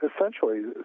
essentially